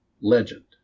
legend